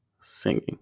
singing